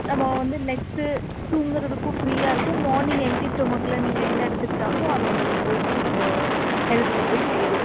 நம்ம வந்து நெக்ஸ்டு தூங்குகிறதுக்கும் ஃப்ரீயாக இருக்கும் மார்னிங் எம்டி ஸ்டொமக்கில் நீங்கள் என்ன எடுத்துக்கிட்டாலும் அது உங்களுக்கு புரோட்டின்ஸை ஹெல்த்தில் போய் சேரும்